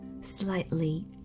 slightly